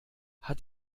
hat